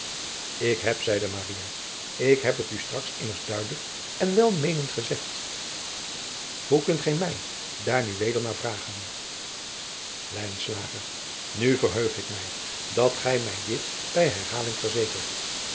ik heb zeide maria ik heb het u straks immers duidelijk en welmeenend gezegd hoe kunt gij mij daar nu weder naar vragen lijnslager nu verheug ik mij dat gij mij dit bij herhaling verzekert